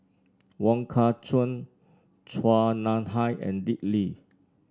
Wong Kah Chun Chua Nam Hai and Dick Lee